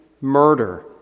murder